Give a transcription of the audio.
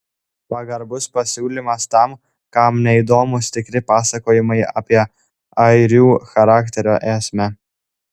pagarbus pasiūlymas tam kam neįdomūs tikri pasakojimai apie airių charakterio esmę